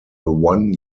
one